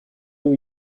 nous